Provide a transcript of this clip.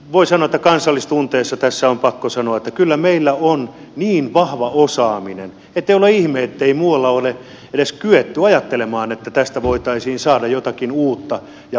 voi sanoa että kansallistunteessa tässä on pakko sanoa että kyllä meillä on niin vahva osaaminen ettei ole ihme ettei muualla ole edes kyetty ajattelemaan että tästä voitaisiin saada jotakin uutta ja mahdollista